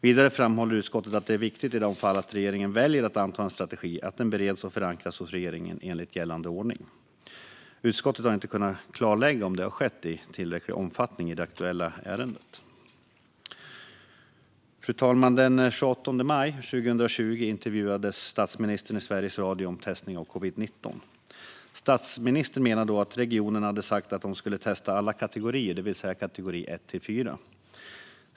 Vidare framhåller utskottet att det i de fall regeringen då väljer att anta en strategi är viktigt att den bereds och förankras hos regeringen enligt gällande ordning. Utskottet har inte kunnat klarlägga om det har skett i tillräcklig omfattning i det aktuella ärendet. Fru talman! Den 28 maj 2020 intervjuades statsministern i Sveriges Radio om testning för covid-19. Statsministern menade då att regionerna hade sagt att de skulle testa alla kategorier, det vill säga kategori 1-4.